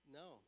no